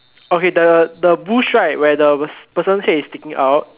okay the the bush right where the person's head is sticking out